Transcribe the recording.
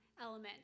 element